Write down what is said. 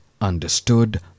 understood